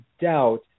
doubt